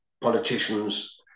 politicians